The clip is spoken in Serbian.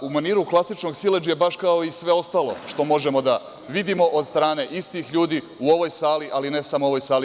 U maniru klasičnog siledžije, baš kao i sve ostalo što možemo da vidimo od strane istih ljudi u ovoj sali, ali ne samo u ovoj sali.